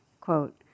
Quote